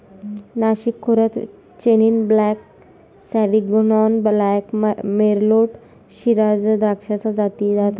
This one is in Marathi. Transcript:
नाशिक खोऱ्यात chenin blanc, sauvignon blanc, merlot, shiraz द्राक्षाच्या जाती आहेत